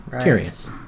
curious